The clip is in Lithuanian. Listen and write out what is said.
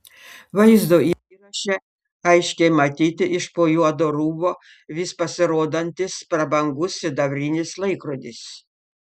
vaizdo įraše aiškiai matyti iš po juodo rūbo vis pasirodantis prabangus sidabrinis laikrodis